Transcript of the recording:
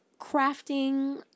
crafting